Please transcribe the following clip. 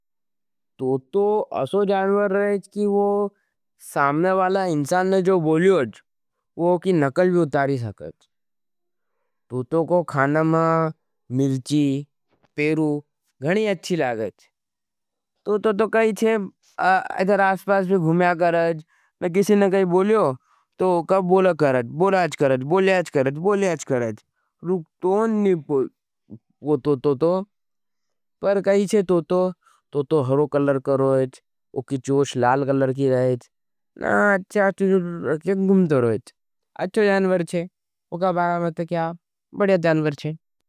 टोटो अशो जानवर रहे हज कि वो सामने वाला इनसान जो बोलियोज वो की नकल भी उतारी सकते हजं। टोटो को खानमा मिल्ची, पेरू गणी अच्छी लागेत हज। टोटो खानमा मिल्ची, पेरू गणी अच्छी लागेत हज। टोटो तो कई चे आस पास भी घुमा करत। ने किसी ने कोई बोलोयो तो औ का बोला करत, बोला करत, बोला करत, बोला हीच करत। रुकतो हीच नहीं वो टोटो तो, पर कई चो टोटो हरो कलर कोएच। ओ की चोंच लाल कलर का होयच। नो चो चो करत, आचो जानवर छे। ओ के बारे में तो क्या अछो जानवर छे।